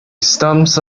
stumps